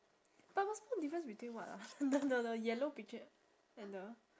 but must spot difference between what ah the the the yellow picture and the